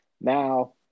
Now